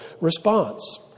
response